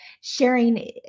sharing